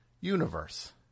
universe